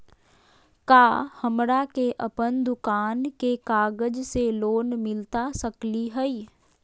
का हमरा के अपन दुकान के कागज से लोन मिलता सकली हई?